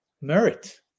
merit